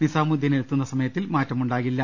നിസാമുദ്ദീനിൽ എത്തുന്ന സമയത്തിൽ മാറ്റമുണ്ടാകില്ല